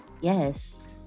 Yes